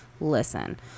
Listen